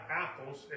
apples